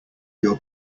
your